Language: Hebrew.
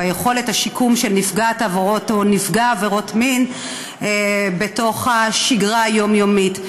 ביכולת השיקום של נפגעת או נפגע עבירות מין בתוך השגרה היומיומית.